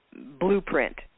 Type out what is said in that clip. blueprint